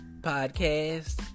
podcast